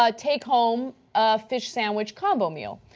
ah take home a fish sandwich combo meal.